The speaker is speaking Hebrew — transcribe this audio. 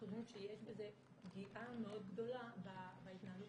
אנחנו חושבים שיש בזה פגיעה מאוד גדולה בהתנהלות,